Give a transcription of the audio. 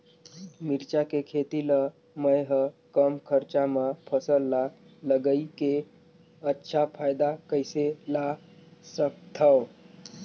मिरचा के खेती ला मै ह कम खरचा मा फसल ला लगई के अच्छा फायदा कइसे ला सकथव?